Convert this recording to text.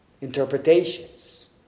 interpretations